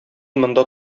монда